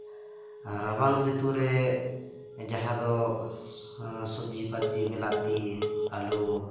ᱨᱟᱵᱟᱝ ᱨᱤᱛᱩ ᱨᱮ ᱡᱟᱦᱟᱸ ᱫᱚ ᱥᱚᱵᱽᱡᱤ ᱯᱟᱹᱛᱤ ᱵᱤᱞᱟᱛᱤ ᱟᱹᱞᱩ